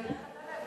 תצטרך אתה להגיע.